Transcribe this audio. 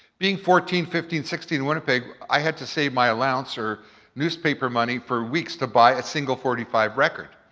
being fourteen, fifteen, sixteen in winnipeg, i had to save my allowance or newspaper money for weeks to buy a single forty five record.